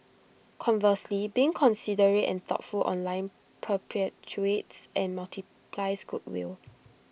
conversely being considerate and thoughtful online perpetuates and multiplies goodwill